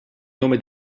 nome